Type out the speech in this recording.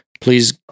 Please